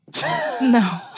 no